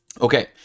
Okay